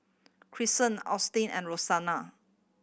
Austin and Rosanna